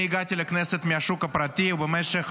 אני הגעתי לכנסת מהשוק פרטי, ובמשך